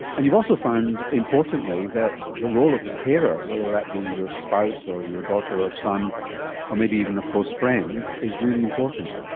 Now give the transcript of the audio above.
and you've also found importantly that the role of the carer, whether that be your spouse or your daughter or son or maybe even a close friend, is really important.